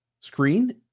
screen